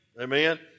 Amen